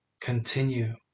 continue